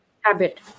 habit